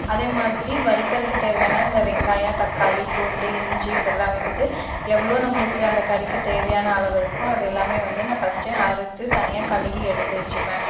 அதேமாதிரி வறுக்குறதுக்குத் தேவையான இந்த வெங்காயம் தக்காளி பூண்டு இஞ்சி இதெல்லாம் வெந்து எவ்வளோ நம்மளுக்கு அந்தக் கறிக்குத் தேவையான அளவு இருக்கோ அது எல்லாமே வந்து நான் ஃபர்ஸ்டே அறுத்துத் தனியாக கழுவி எடுத்து வச்சிப்பேன்